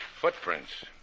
Footprints